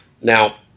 Now –